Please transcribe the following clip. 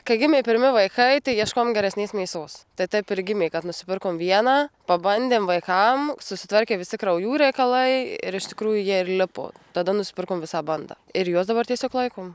kai gimė pirmi vaikai tai ieškojom geresnės mėsos tai taip ir gimė kad nusipirkom vieną pabandėm vaikam susitvarkė visi kraujų reikalai ir iš tikrųjų jie ir lipo tada nusipirkom visą bandą ir juos dabar tiesiog laikom